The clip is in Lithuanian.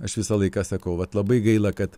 aš visą laiką sakau vat labai gaila kad